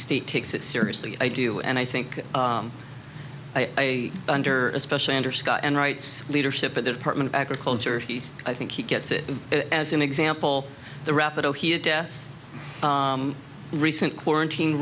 state takes it seriously i do and i think i under especially under scott and rights leadership at the department of agriculture he's i think he gets it as an example the rapido here death recent quarantine